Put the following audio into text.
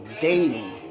dating